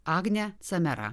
agnė camera